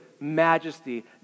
majesty